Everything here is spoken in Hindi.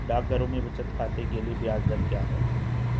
डाकघरों में बचत खाते के लिए ब्याज दर क्या है?